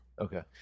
Okay